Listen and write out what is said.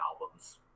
albums